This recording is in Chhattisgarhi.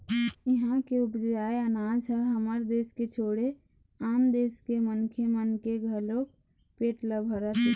इहां के उपजाए अनाज ह हमर देस के छोड़े आन देस के मनखे मन के घलोक पेट ल भरत हे